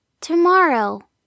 Tomorrow